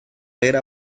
era